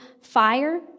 fire